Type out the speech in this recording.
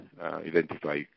identify